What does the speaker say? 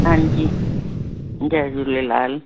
हांजी जय झूलेलाल